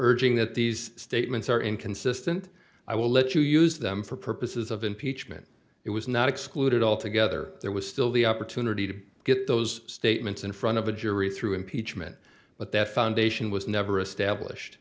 urging that these statements are inconsistent i will let you use them for purposes of impeachment it was not excluded altogether there was still the opportunity to get those statements in front of a jury through impeachment but that foundation was never established